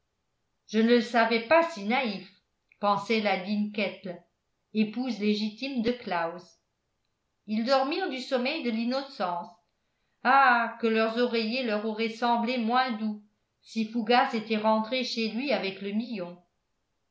je ne le savais pas si naïf pensait la digne kettle épouse légitime de claus ils dormirent du sommeil de l'innocence ah que leurs oreillers leur auraient semblé moins doux si fougas était rentré chez lui avec le million